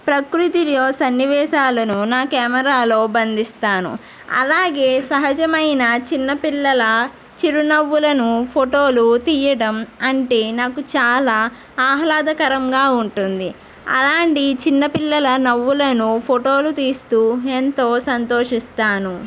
ప్రకృతిలో సన్నివేశాలను నా కెమెరాలో బంధిస్తాను అలాగే సహజమైన చిన్నపిల్లల చిరునవ్వులను ఫోటోలు తీయడం అంటే నాకు చాలా ఆహ్లాదకరంగా ఉంటుంది అలాంటి చిన్నపిల్లల నవ్వులను ఫోటోలు తీస్తూ ఎంతో సంతోషిస్తాను